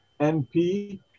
NP